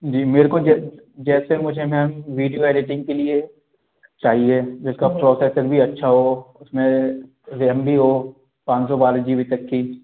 जी मेरे को जैसे मुझे मैम वीडियो एडिटिंग के लिए चाहिए जिसका प्रोसेसर भी अच्छा हो उसमें रैम भी हो पाँच सौ बारह जी बी तक की